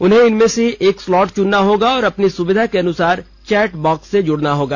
उन्हें इनमें से एक स्लॉट चुनना होगा और अपनी सुविधा के अनुसार चैट बॉक्स से जुडना होगा